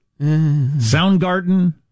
Soundgarden